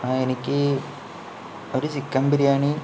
ആ എനിക്ക് ഒരു ചിക്കൻ ബിരിയാണി